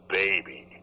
baby